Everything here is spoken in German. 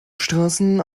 straßen